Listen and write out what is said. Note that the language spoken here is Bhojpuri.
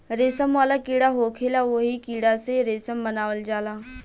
रेशम वाला कीड़ा होखेला ओही कीड़ा से रेशम बनावल जाला